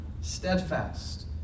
steadfast